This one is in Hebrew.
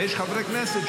ויש חברי כנסת,